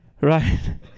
right